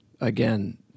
again